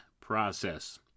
process